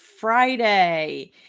Friday